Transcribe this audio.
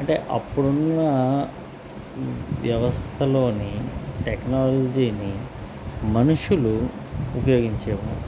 అంటే అప్పుడున్న వ్యవస్థలోని టెక్నాలజీని మనుషులు ఉపయోగించేవాారు